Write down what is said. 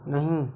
नहीं